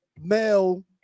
male